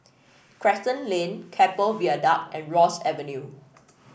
Crescent Lane Keppel Viaduct and Ross Avenue